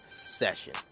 session